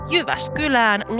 Jyväskylään